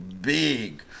big